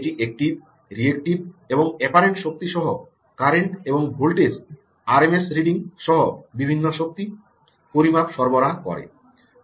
এটি active reactive এবং apparent শক্তি সহ কারেন্ট এবং ভোল্টেজ আরএমএস রিডিং সহ বিভিন্ন শক্তি পরিমাপ সরবরাহ করে